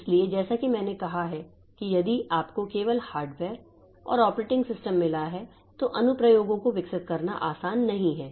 इसलिए जैसा कि मैंने कहा है कि यदि आपको केवल हार्डवेयर और ऑपरेटिंग सिस्टम मिला है तो अनुप्रयोगों को विकसित करना आसान नहीं है